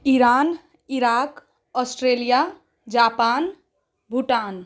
Iran Iraq Australia Japan Bhutan